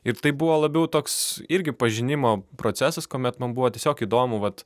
ir tai buvo labiau toks irgi pažinimo procesas kuomet man buvo tiesiog įdomu vat